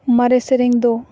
ᱢᱟᱨᱮ ᱥᱮᱨᱮᱧ ᱫᱚ